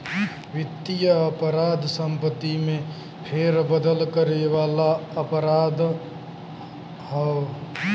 वित्तीय अपराध संपत्ति में फेरबदल करे वाला अपराध हौ